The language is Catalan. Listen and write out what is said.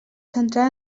central